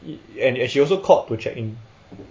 it and she also called to check in